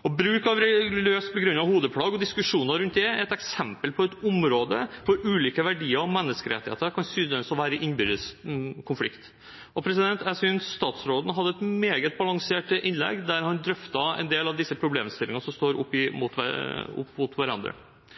Bruk av religiøst begrunnet hodeplagg og diskusjoner rundt det er et eksempel på et område hvor ulike verdier og menneskerettigheter kan synes å være i innbyrdes konflikt. Jeg synes statsråden hadde et meget balansert innlegg der han drøftet en del av disse problemstillingene som står opp mot hverandre. Arbeiderpartiets utgangspunkt er at det i et liberalt, moderne samfunn er opp